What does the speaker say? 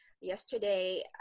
Yesterday